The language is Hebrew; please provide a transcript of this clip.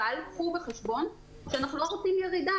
אבל קחו בחשבון שאנחנו לא רוצים ירידה.